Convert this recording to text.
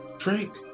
Drink